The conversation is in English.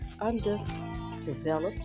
underdeveloped